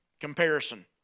comparison